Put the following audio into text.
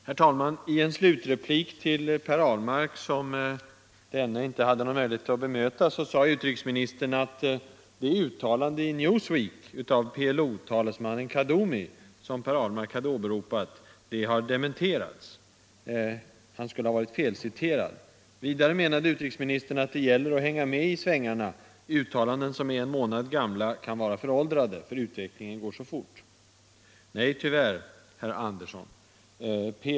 Herr talman! I en slutreplik till Per Ahlmark, som denne inte hade möjlighet att bemöta, sade utrikesministern att det uttalande i Newsweek av PLO-talesmannen Kaddoumi som Per Ahlmark hade åberopat har dementerats. Kaddoumi skulle ha varit felciterad. Vidare menade utrikesministern att det gäller att hänga med i svängarna, att uttalanden som är en månad gamla kan vara föråldrade därför att utvecklingen går så fort. Nej, tyvärr, herr Andersson.